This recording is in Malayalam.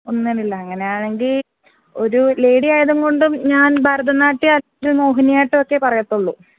ഒന്നിനുമില്ല അങ്ങനെെയാണെങ്കില് ഒരു ലേഡി ആയതുകൊണ്ടും ഞാൻ ഭരതനാട്യം അല്ലെങ്കില് മോഹിനിയാട്ടമൊക്കെയേ പറയത്തുള്ളൂ